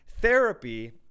Therapy